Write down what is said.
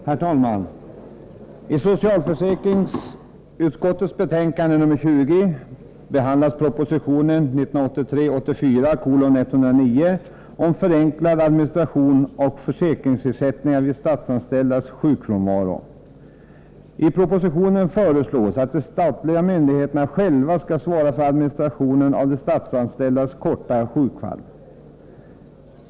Herr talman! I socialförsäkringsutskottets betänkande 20 behandlas proposition 1983/84:109 om förenklad administration av försäkringsersättningar vid statsanställdas sjukfrånvaro. I propositionen föreslås att de statliga myndigheterna själva skall svara för administrationen av de statsanställdas korta sjukfall.